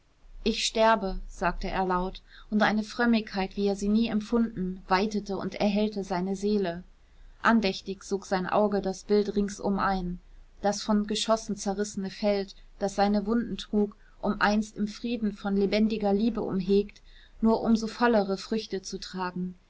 ich sterbe sagte er laut und eine frömmigkeit wie er sie nie empfunden weitete und erhellte seine seele andächtig sog sein auge das bild ringsum ein das von geschossen zerrissene feld das seine wunden trug um einst im frieden von lebendiger liebe umhegt nur um so vollere früchte zu tragen